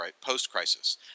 post-crisis